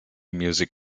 music